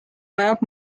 vajab